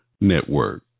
Network